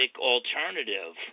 alternative